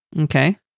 Okay